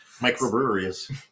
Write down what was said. microbreweries